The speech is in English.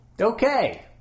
Okay